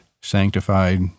sanctified